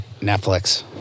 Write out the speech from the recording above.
Netflix